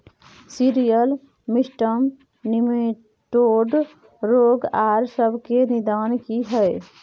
Cereal system nematode रोग आर इसके निदान की हय?